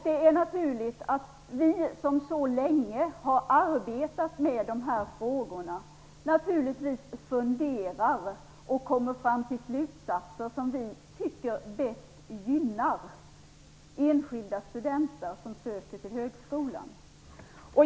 Det är naturligt att vi som så länge har arbetat med de här frågorna funderar och kommer fram till slutsatser som vi tycker bäst gynnar enskilda studenter som söker till högskolan.